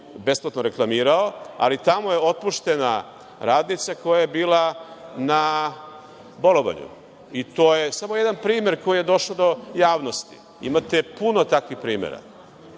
besplatno reklamirao, ali, tamo je otpuštena radnica koja je bila na bolovanju. To je samo jedan primer koji je došao do javnosti. Imate još puno takvih primera,